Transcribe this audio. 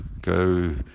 go